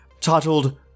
titled